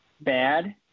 bad